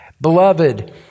Beloved